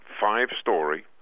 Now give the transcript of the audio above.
five-story